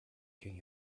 king